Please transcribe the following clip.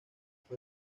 fue